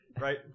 Right